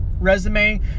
resume